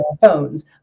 phones